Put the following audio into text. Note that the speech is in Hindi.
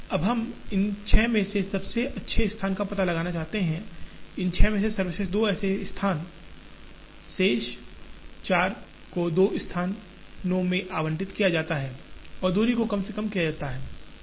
अब हम इन छह में से सबसे अच्छे स्थान का पता लगाना चाहते हैं इन छह में से सर्वश्रेष्ठ दो स्थान ऐसे हैं शेष चार को दो स्थानों में आवंटित किया जाता है और दूरी को कम से कम किया जाता है